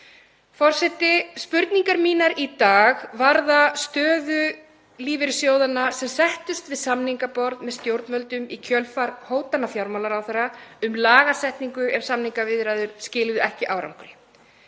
Forseti. Spurningar mínar í dag varða stöðu lífeyrissjóðanna sem settust við samningaborð með stjórnvöldum í kjölfar hótana fjármálaráðherra um lagasetningu ef samningaviðræður skiluðu ekki árangri.